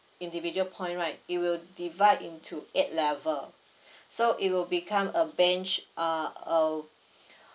individual point right it will divide into eight level so it will become a bench uh of